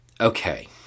Okay